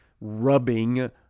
rubbing